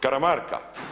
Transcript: Karamarka?